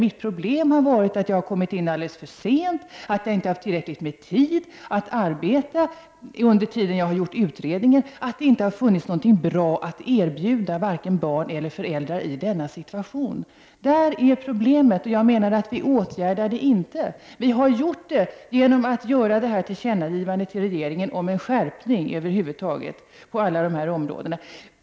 Mitt problem har varit att jag har kommit in alldeles för sent. Jag har inte haft tillräckligt med tid att arbeta med den utredning som har gjorts, och det har inte funnits något bra att erbjuda för vare sig barn eller föräldrar i denna situation. Där är problemet. Men vi åtgärdar detta inte nu. Vi har i stället gjort ett tillkännagivande till regeringen om en skärpning på alla dessa områden.